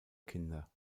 kinder